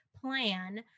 plan